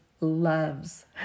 loves